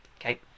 Okay